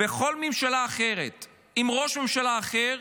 בכל ממשלה אחרת, עם ראש ממשלה אחר,